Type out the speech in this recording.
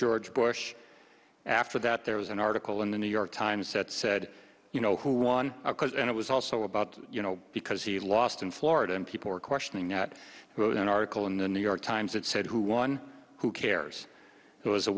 george bush after that there was an article in the new york times that said you know who won and it was also about you know because he lost in florida and people were questioning that wrote an article in the new york times that said who won who cares who